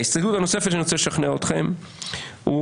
ההסתייגות הנוספת שאני רוצה לשכנע אתכם בה היא